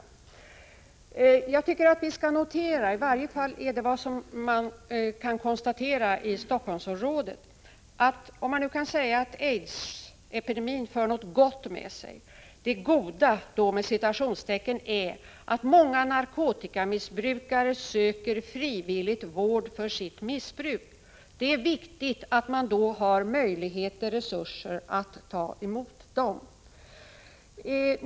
Jag tycker att man skall notera — i varje fall kan vi konstatera detta i Helsingforssområdet — att om det går att säga att aidsepidemin för något gott med sig, så är detta ”goda” att många narkotikamissbrukare frivilligt söker vård för sitt missbruk. Det är viktigt att vi då har möjligheter och resurser att ta emot dem.